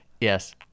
Yes